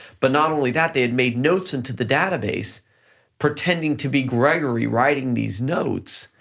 but not only that, they had made notes into the database pretending to be grigory writing these notes,